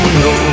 no